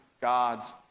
God's